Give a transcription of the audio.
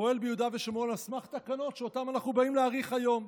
פועל ביהודה ושומרון על סמך תקנות שאותן אנחנו באים להאריך היום.